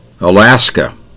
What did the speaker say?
Alaska